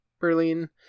Berlin